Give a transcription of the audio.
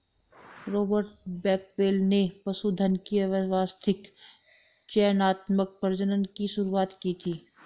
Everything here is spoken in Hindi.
रॉबर्ट बेकवेल ने पशुधन के व्यवस्थित चयनात्मक प्रजनन की शुरुआत की थी